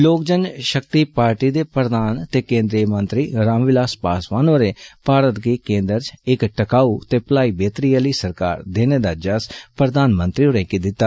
लोक जन षक्ति पार्टी दे प्रधान ते केन्द्री पार्टी राम विलास पासवान होरें भारत गी केन्द्रै च इक टिकाऊ ते भलाई बेहतरी आली सरकार देने दा जस्स प्रधानमंत्री होरें गी दिता